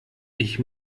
ich